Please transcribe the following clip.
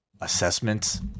assessments